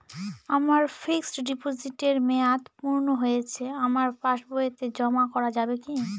আমার ফিক্সট ডিপোজিটের মেয়াদ পূর্ণ হয়েছে আমার পাস বইতে জমা করা যাবে কি?